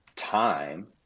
time